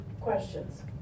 questions